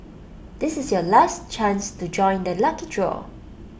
this is your last chance to join the lucky draw